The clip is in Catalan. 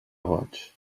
goig